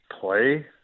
play